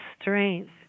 strength